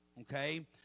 Okay